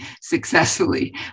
successfully